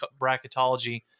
bracketology